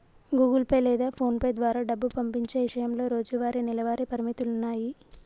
Google Pay లేదా PhonePe ద్వారా డబ్బు పంపించే ఇషయంలో రోజువారీ, నెలవారీ పరిమితులున్నాయి